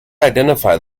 identify